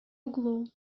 углу